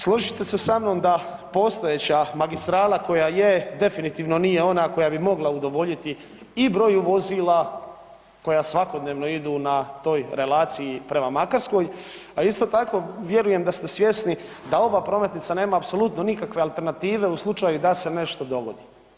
Složit ćete se sa mnom da postojeća magistrala koja je definitivno nije ona koja bi mogla udovoljiti i broju vozila koja svakodnevno idu na toj relaciji prema Makarskoj, a isto tako vjerujem da ste svjesni da ova prometnica nema apsolutno nikakve alternative u slučaju da se nešto dogodi.